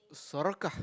soroca